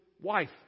wife